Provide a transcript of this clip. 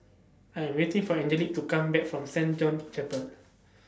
I Am waiting For Angelic to Come Back from Saint John's Chapel